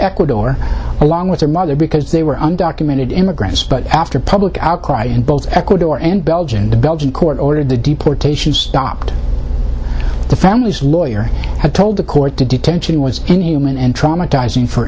ecuador along with her mother because they were undocumented immigrants but after public outcry in both ecuador and belgian the belgian court ordered the deportation stopped the family's lawyer had told the court to detention was in human and traumatiz